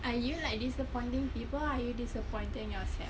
are you like disappointing people are you disappointing yourself